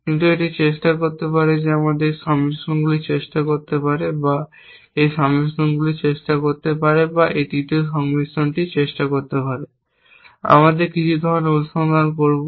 কিন্তু এটি চেষ্টা করতে পারে এটি এই সংমিশ্রণগুলি চেষ্টা করতে পারে বা এটি এই সংমিশ্রণগুলি চেষ্টা করতে পারে বা এটি তৃতীয় সংমিশ্রণ চেষ্টা করতে পারে আমরা কিছু ধরণের অনুসন্ধান করব